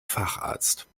facharzt